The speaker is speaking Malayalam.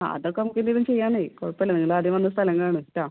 ആ അതൊക്ക നമുക്കെന്തെങ്കിലും ചെയ്യാമെന്നേ കുഴപ്പമില്ല നിങ്ങളാദ്യം വന്ന് സ്ഥലം കാണ് കേട്ടോ